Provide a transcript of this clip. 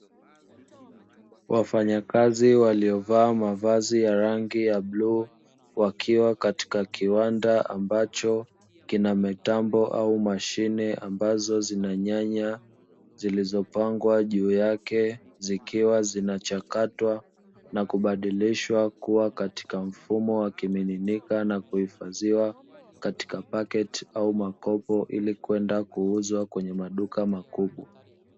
Wafanyakazi waliovaa mavazi ya rangi ya bluu, wakiwa katika kiwanda ambacho kina mitambo au mashine ambazo zina nyanya zilizopangwa juu yake. Zikiwa zinachakatwa na kubadilishwa kuwa katika mfumo wa kimiminika na kuhifadhiwa katika paketi au makopo, ili kwenda kuuzwa kwenye maduka makubwa.